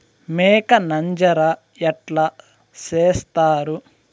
మేక నంజర ఎట్లా సేస్తారు?